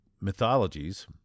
mythologies